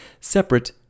separate